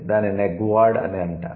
దాన్ని 'నెగ్వాడ్' అని అంటారు